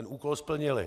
Úkol splnili.